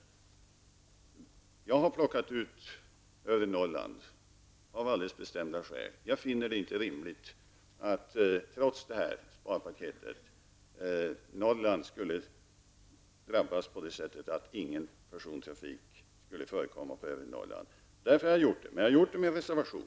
Jag har plockat ut övre Norrland av alldeles bestämda skäl. Jag finner det inte rimligt att Norrland, trots det här sparpaketet, skall drabbas på det sättet att ingen persontrafik skall förekomma i övre Norrland. Därför har jag gjort det, men jag har gjort det med reservation.